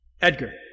Edgar